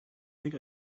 think